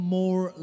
more